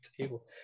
table